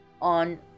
on